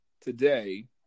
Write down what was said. today